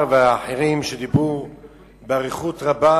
(תיקון מס' 14). יציג את הצעת החוק חבר הכנסת נסים זאב.